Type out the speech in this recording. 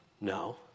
No